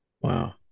Wow